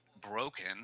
broken